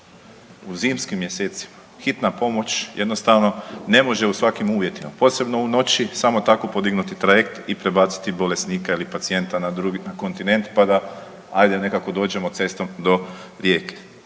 U zimskim mjesecima hitna pomoć jednostavno ne može u svakim uvjetima, posebno u noći samo tako podignuti trajekt i prebaciti bolesnika ili pacijenta na kontinent, pa da ajde nekako dođemo cestom do Rijeke.